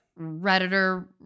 Redditor